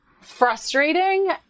frustrating